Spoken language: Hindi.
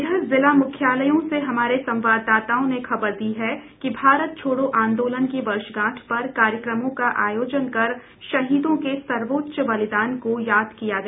इधर जिला मुख्यालयों से हमारे संवाददाताओं ने खबर दी है कि भारत छोड़ों आंदोलन की वर्षगांठ पर कार्यक्रमों का आयोजन कर शहीदों के सर्वोच्च बलिदान को याद किया गया